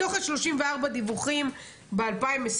מתוך ה-34 דיווחים ב-2021,